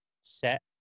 set